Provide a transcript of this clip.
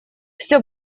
всё